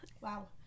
Wow